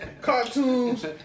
Cartoons